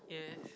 yes